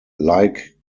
like